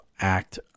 act